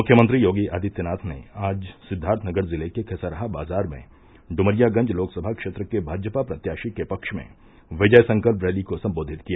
मुख्यमंत्री योगी आदित्यनाथ ने आज सिद्वार्थनगर जिले के खेसरहा बाजार में इमरियागंज लोकसभा क्षेत्र के भाजपा प्रत्याशी के पक्ष में विजय संकल्प रैली को सम्बोधित किया